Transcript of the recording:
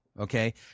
okay